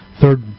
third